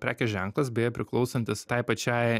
prekės ženklas beje priklausantis tai pačiai